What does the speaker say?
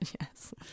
yes